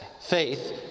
faith